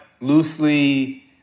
loosely